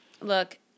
Look